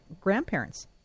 grandparents